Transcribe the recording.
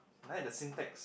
neither syntax